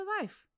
life